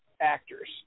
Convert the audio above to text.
actors